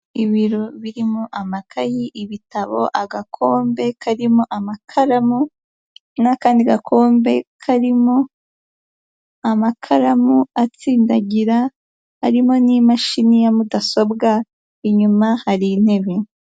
Ibiro birimo amakayi, ibitabo, agakombe karimo amakaramu, n'akandi gakombe karimo, amakaramu atsindagira, harimo n'imashini ya mudasobwa, inyuma hari intebe.